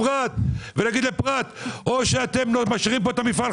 כי הם לא מראים שום התעניינות,